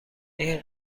این